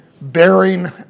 bearing